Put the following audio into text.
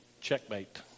Checkmate